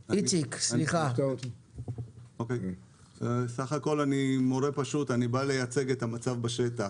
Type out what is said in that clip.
סך הכול אני מורה פשוט אני בא לייצג את המצב בשטח,